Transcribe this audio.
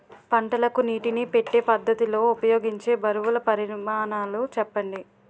పంటలకు నీటినీ పెట్టే పద్ధతి లో ఉపయోగించే బరువుల పరిమాణాలు చెప్పండి?